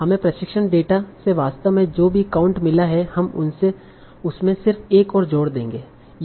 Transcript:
हमें प्रशिक्षण डेटा से वास्तव में जो भी काउंट मिला है हम उसमे सिर्फ एक ओर जोड़ देंगे